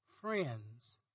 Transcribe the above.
friends